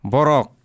Borok